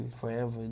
forever